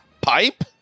Pipe